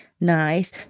nice